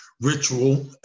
ritual